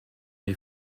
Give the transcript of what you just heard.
les